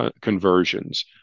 conversions